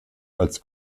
als